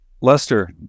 Lester